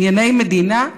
ענייני מדינה,